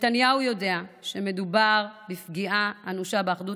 נתניהו יודע שמדובר בפגיעה אנושה באחדות